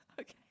Okay